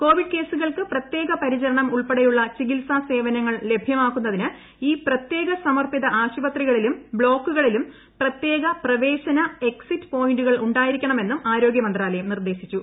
Covid കേസുകൾക്ക് പ്രത്യേക പരിചരണം ഉൾപ്പടെയുള്ള ചികിത്സാ സേവനങ്ങൾ ലഭൃമാക്കുന്നതിന് ഈ പ്രത്യേകം സമർപ്പിത ആശുപത്രികളിലും ബ്ലോക്കുകളിലും പ്രത്യേക പ്രവേശന എക്സിറ്റ് പോയിന്റുകൾ ഉണ്ടായിരിക്കണമെന്നും ആരോഗ്യ മന്ത്രാലയം നിർദ്ദേശിച്ചു